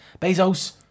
Bezos